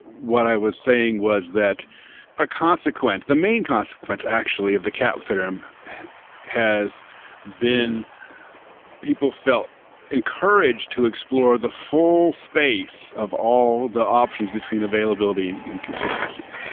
what i was saying was that a consequence. the main consequence actually of the cap theorem has people felt encouraged to explore the full space of all the options between availability and consistency,